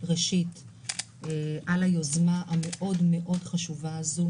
על היוזמה החשובה מאוד הזאת.